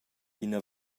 ina